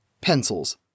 Pencils